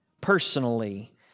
personally